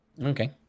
Okay